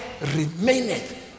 remaineth